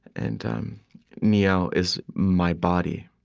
and um niiya is my body,